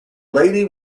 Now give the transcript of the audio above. lady